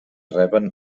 reben